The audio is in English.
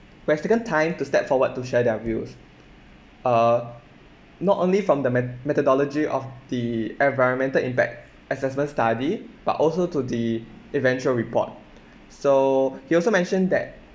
who have taken time to step forward to share their views uh not only from the met~ methodology of the environmental impact assessment study but also to the eventual report so he also mentioned that